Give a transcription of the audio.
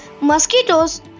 Mosquitoes